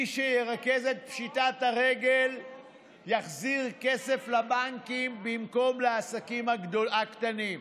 מי שירכז את פשיטת הרגל יחזיר כסף לבנקים במקום לעסקים הקטנים.